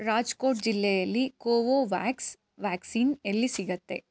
ರಾಜ್ಕೋಟ್ ಜಿಲ್ಲೆಯಲ್ಲಿ Covovax vaccine ಎಲ್ಲಿ ಸಿಗುತ್ತೆ